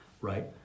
right